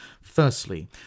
Firstly